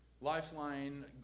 Lifeline